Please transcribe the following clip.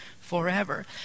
forever